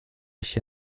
się